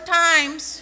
times